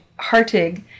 Hartig